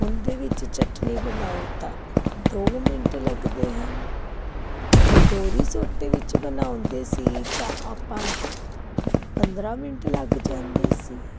ਉਹਦੇ ਵਿੱਚ ਚਟਨੀ ਬਣਾਓ ਤਾਂ ਦੋ ਮਿੰਟ ਲੱਗਦੇ ਹਨ ਅਤੇ ਦੋਰੀ ਸੋਟੇ ਵਿੱਚ ਬਣਾਉਂਦੇ ਸੀ ਤਾਂ ਆਪਾਂ ਪੰਦਰਾਂ ਮਿੰਟ ਲੱਗ ਜਾਂਦੇ ਸੀ